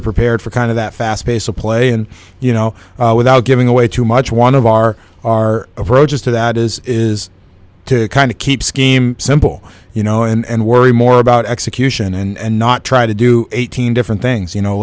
are prepared for kind of that fast pace of play and you know without giving away too much one of our our approaches to that is is to kind of keep scheme simple you know and worry more about execution and not try to do eighteen different things you know